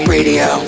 Radio